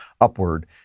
upward